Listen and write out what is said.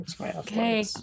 Okay